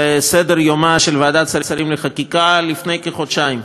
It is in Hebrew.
סדר-יומה של ועדת השרים לחקיקה לפני כחודשיים.